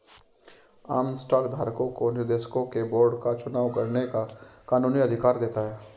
आम स्टॉक धारकों को निर्देशकों के बोर्ड का चुनाव करने का कानूनी अधिकार देता है